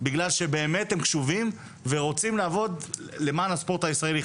בגלל שבאמת הם קשובים ורוצים לעבוד למען הספורט הישראלי.